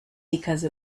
because